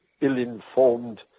ill-informed